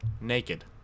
naked